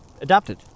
adapted